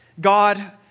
God